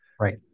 Right